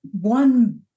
one